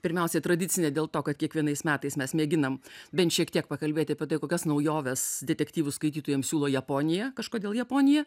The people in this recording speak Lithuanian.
pirmiausia tradicinė dėl to kad kiekvienais metais mes mėginam bent šiek tiek pakalbėti apie tai kokias naujoves detektyvų skaitytojams siūlo japonija kažkodėl japonija